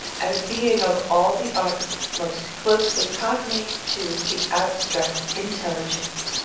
as being of all the arts most closely cognate to the abstract intelligence.